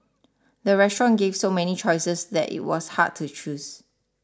the restaurant gave so many choices that it was hard to choose